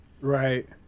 Right